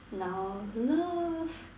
now love